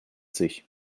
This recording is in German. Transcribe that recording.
sich